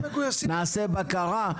נעשה בקרה.